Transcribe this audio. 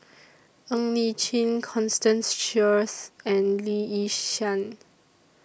Ng Li Chin Constance Sheares and Lee Yi Shyan